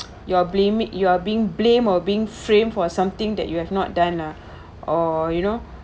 you are blaming you are being blamed or being framed for something that you have not done lah or you know